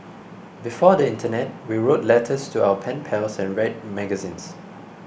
before the internet we wrote letters to our pen pals and read magazines